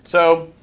so